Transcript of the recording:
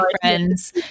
friends